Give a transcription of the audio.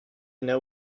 know